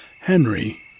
Henry